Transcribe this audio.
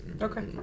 Okay